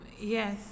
Yes